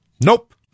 Nope